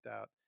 out